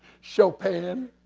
chopin.